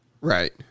right